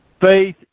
faith